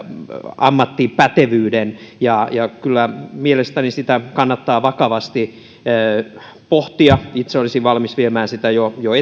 ammattipätevyyden kyllä mielestäni sitä kannattaa vakavasti pohtia itse olisin valmis viemään sitä jo jo